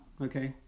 Okay